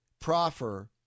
proffer